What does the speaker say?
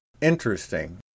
Interesting